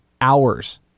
hours